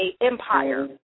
empire